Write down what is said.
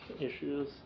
issues